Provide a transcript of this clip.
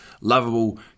Lovable